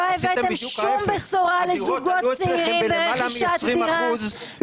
לא הבאתם שום בשורה לזוגות צעירים ברכישת דירה.